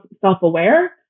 self-aware